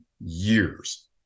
years